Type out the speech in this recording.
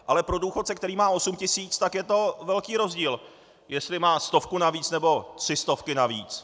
Ale pro důchodce, který má osm tisíc, je velký rozdíl, jestli má stovku navíc, nebo tři stovky navíc.